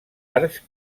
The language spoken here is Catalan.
arcs